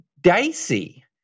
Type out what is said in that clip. dicey